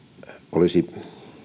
olisi